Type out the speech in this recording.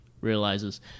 realizes